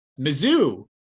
Mizzou